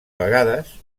vegades